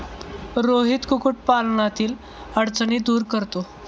रोहित कुक्कुटपालनातील अडचणी दूर करतो